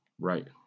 Right